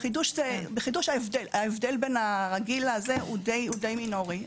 בחידוש ההבדל בין הרגיל זה די מינורי.